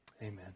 Amen